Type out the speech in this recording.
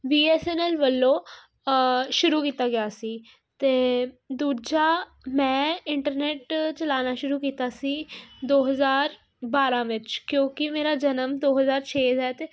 B S N L ਵੱਲੋਂ ਸ਼ੁਰੂ ਕੀਤਾ ਗਿਆ ਸੀ ਅਤੇ ਦੂਜਾ ਮੈਂ ਇੰਟਰਨੈਟ ਚਲਾਉਣਾ ਸ਼ੁਰੂ ਕੀਤਾ ਸੀ ਦੋ ਹਜ਼ਾਰ ਬਾਰ੍ਹਾਂ ਵਿੱਚ ਕਿਉਂਕਿ ਮੇਰਾ ਜਨਮ ਦੋ ਹਜ਼ਾਰ ਛੇ ਦਾ ਹੈ ਅਤੇ